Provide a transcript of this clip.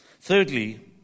Thirdly